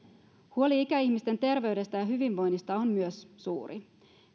huoli ikäihmisten terveydestä ja hyvinvoinnista on suuri